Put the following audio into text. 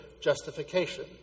justification